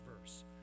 verse